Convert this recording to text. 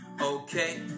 okay